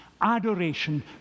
Adoration